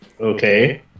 okay